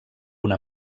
una